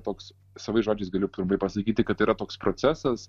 toks savais žodžiais galiu pasakyti kad yra toks procesas